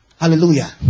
Hallelujah